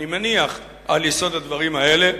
אני מניח, על יסוד הדברים האלה,